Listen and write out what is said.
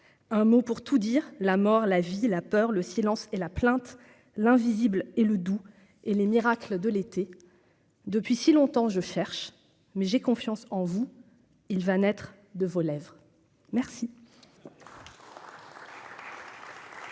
un mot, pour tout dire la mort, la vie, la peur, le silence et la plainte l'invisible et le Doubs et les miracles de l'été, depuis si longtemps, je cherche mais j'ai confiance en vous, il va naître de vos lèvres merci. ça. Chers